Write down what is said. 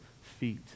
feet